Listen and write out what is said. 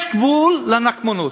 יש גבול לנקמנות.